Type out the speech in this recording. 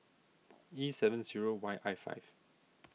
E seven zero Y I five